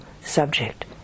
subject